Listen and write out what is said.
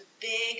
big